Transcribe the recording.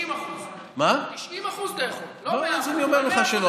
90% אתה יכול, לא 100%. אז אני אומר לך שלא.